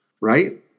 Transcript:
Right